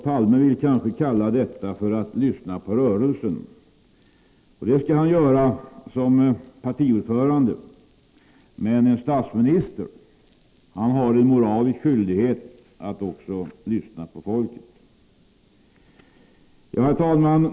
Palme vill kanske kalla detta att lyssna på rörelsen. Det skall han göra som partiordförande, men en statsminister har en moralisk skyldighet att lyssna på folket. Herr talman!